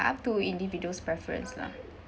up to individual's preference lah